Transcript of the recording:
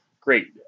great